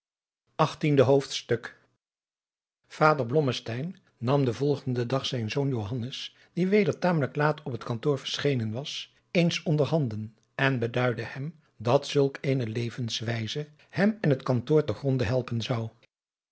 achttiende hoofdstuk vader blommesteyn nam den volgenden dag zijn zoon johannes die weder tamelijk laat op het kantoor verschenen was eens onder handen en beduidde hem dat zulk eene levenswijze hem en het kantoor te gronde helpen zou